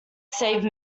save